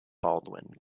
baldwin